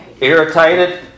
irritated